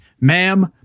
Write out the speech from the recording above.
ma'am